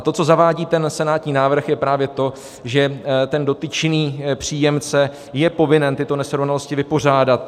To, co zavádí senátní návrh, je právě to, že dotyčný příjemce je povinen tyto nesrovnalosti vypořádat.